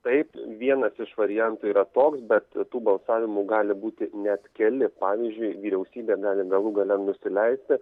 taip vienas iš variantų yra toks bet tų balsavimų gali būti net keli pavyzdžiui vyriausybė gali galų gale nusileisti